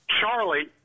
Charlie